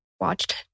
watched